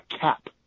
cap